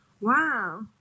Wow